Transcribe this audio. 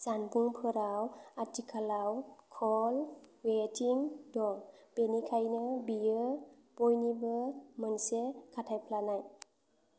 जानबुंफोराव आथिखालाव call waiting दं बेनिखायनो बेयो बयनिबोनि मोनसे खाथायफ्लानाय